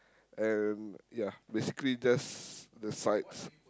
and ya basically just the sides